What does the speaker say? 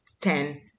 ten